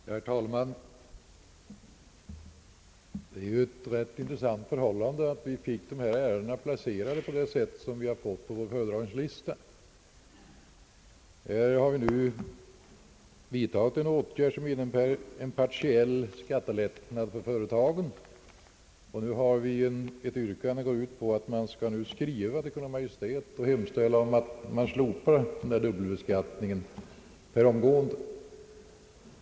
Herr talman! Det är ett rätt intressant förhållande att vi fått dessa ärenden placerade på det sätt som skett på föredragningslistan. Här har vi först beslu tat en åtgärd som innebär en partiell skattelättnad för företagen. Sedan kommer nu ett yrkande som går ut på att riksdagen skall skriva till Kungl. Maj:t och hemställa om att man slopar denna dubbelbeskattning per omgående.